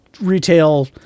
retail